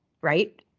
right